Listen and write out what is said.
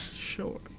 Sure